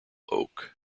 oak